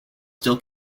still